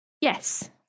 Yes